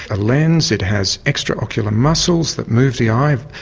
a lens, it has extra ocular muscles that move the eye,